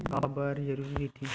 का बार जरूरी रहि थे?